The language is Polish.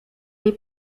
jej